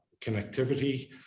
connectivity